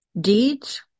deeds